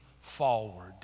forward